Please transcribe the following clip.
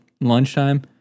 lunchtime